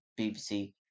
BBC